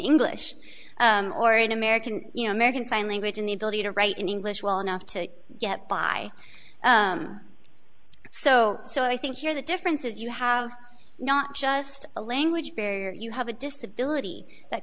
english or an american you know american sign language and the ability to write in english well enough to get by so so i think here the difference is you have not just a language barrier you have a disability that